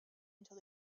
until